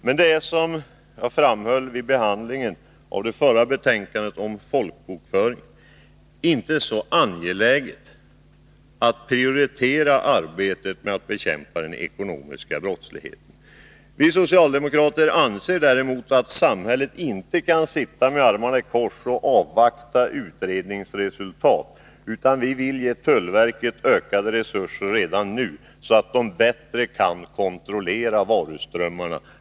Men det är, som jag framhöll vid behandlingen av skatteutskottets betänkande om folkbokföringen, inte så angeläget för de borgerliga att prioritera arbetet med att bekämpa den ekonomiska brottsligheten. Vi socialdemokrater anser däremot att samhället "inte kan sitta med armarna i kors och avvakta utredningsresultat, utan vi vill ge tullverket ökade resurser redan nu, så att det kan kontrollera varuströmmarna.